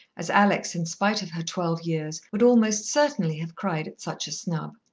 as alex, in spite of her twelve years, would almost certainly have cried at such a snub.